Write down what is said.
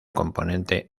componente